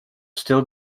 still